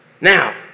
Now